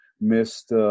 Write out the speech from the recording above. missed –